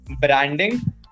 branding